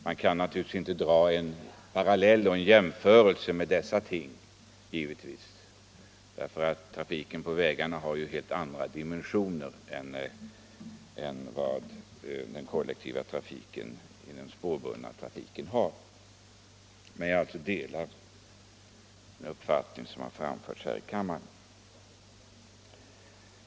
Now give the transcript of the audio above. Man kan naturligtvis inte här göra en jämförelse, eftersom trafiken på vägarna har helt andra dimensioner än vad den spårbundna trafiken har. Men jag delar alltså den uppfattning som har framförts här i kammaren.